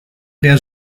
der